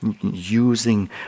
using